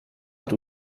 hat